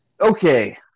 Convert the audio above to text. Okay